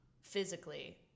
physically